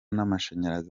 n’amashanyarazi